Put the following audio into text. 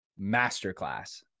Masterclass